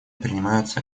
принимаются